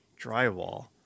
drywall